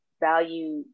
value